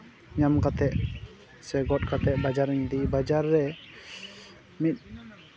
ᱧᱟᱢ ᱠᱟᱛᱮᱫ ᱥᱮ ᱜᱚᱫ ᱠᱟᱛᱮᱫ ᱵᱟᱡᱟᱨᱤᱧ ᱤᱫᱤᱭᱟ ᱵᱟᱡᱟᱨ ᱨᱮ ᱢᱤᱫ